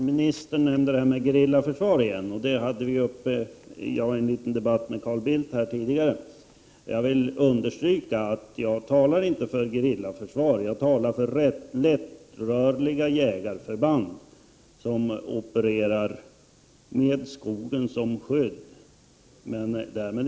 Fru talman! Bara ett litet klarläggande. Försvarsministern tog upp det här med gerillaförsvar som vi debatterade tidigare med Carl Bildt. Jag vill understryka att jag inte talar för gerillaförsvar. Jag talar för lättrörliga jägarförband som opererar med skogen som skydd.